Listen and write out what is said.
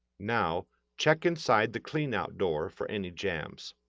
now check inside the cleanout door for any jams.